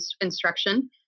instruction